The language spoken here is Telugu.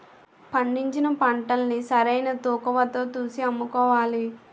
పండించిన పంటల్ని సరైన తూకవతో తూసి అమ్ముకోవాలి